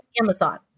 Amazon